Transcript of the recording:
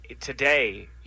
Today